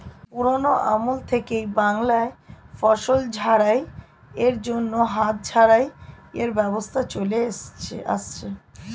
পুরোনো আমল থেকেই বাংলায় ফসল ঝাড়াই এর জন্য হাত ঝাড়াই এর ব্যবস্থা চলে আসছে